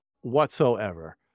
whatsoever